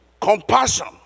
Compassion